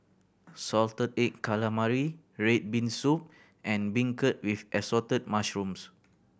salted egg calamari red bean soup and beancurd with Assorted Mushrooms